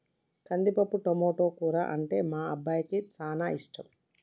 కందిపప్పు టమాటో కూర అంటే మా అబ్బాయికి చానా ఇష్టం